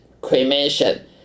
cremation